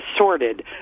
sorted